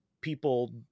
people